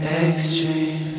extreme